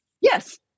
Yes